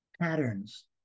patterns